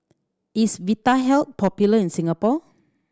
is Vitahealth popular in Singapore